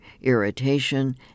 irritation